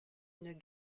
une